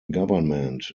government